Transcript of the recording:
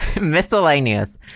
Miscellaneous